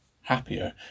happier